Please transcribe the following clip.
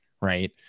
right